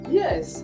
yes